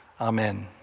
Amen